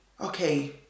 okay